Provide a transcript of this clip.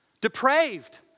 depraved